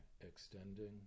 extending